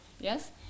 yes